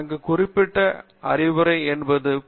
அந்த குறிப்பிட்ட அறிவுரை என்பது பொதுவானதுதான்